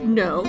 no